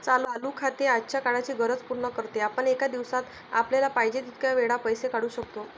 चालू खाते आजच्या काळाची गरज पूर्ण करते, आपण एका दिवसात आपल्याला पाहिजे तितक्या वेळा पैसे काढू शकतो